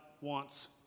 wants